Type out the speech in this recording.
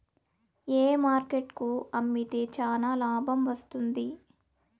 ఏ market కు అమ్మితే చానా లాభం వస్తుంది?